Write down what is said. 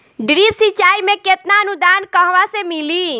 Drip सिंचाई मे केतना अनुदान कहवा से मिली?